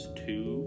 two